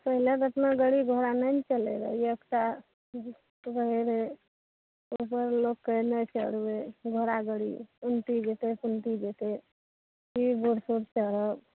पहिले तऽ एतना गाड़ी घोड़ा नहि ने चलय रहय एकटा रहय रहय उपर लोकके नहि चढ़बय घोड़ा गाड़ी उन्टी जेतय सुन्टी जेतय फिर बूढ़ सूढ़ चढ़ब